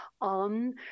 on